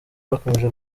bakomeje